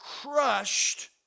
crushed